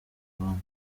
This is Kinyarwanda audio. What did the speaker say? abandi